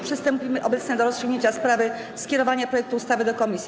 Przystąpimy obecnie do rozstrzygnięcia sprawy skierowania projektu ustawy do komisji.